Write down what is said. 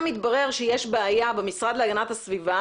מתברר שיש שם בעיה במשרד להגנת הסביבה